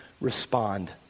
respond